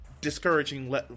discouraging